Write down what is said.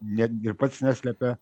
net ir pats neslepia